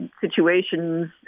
situations